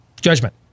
Judgment